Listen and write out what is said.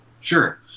Sure